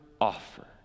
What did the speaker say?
offer